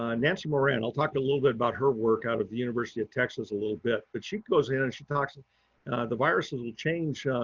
um nancy moran. i'll talk a little bit about her work out of the university of texas, a little bit, but she goes in and she talks and the viruses, change,